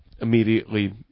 immediately